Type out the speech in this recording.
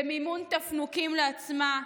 במימון תפנוקים לעצמה,